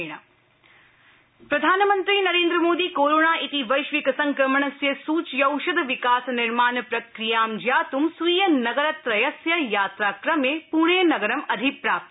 PM Pune प्रधानमन्त्री Narendra Modi corona इति वश्विक संक्रमणस्य सूच्यौषध विकास निर्माण प्रक्रियां ज्ञातृं स्वीय नगर त्रयस्य यात्राक्रमे प्णे नगरं अधिप्राप्त